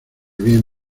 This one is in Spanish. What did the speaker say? bien